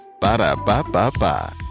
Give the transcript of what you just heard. Ba-da-ba-ba-ba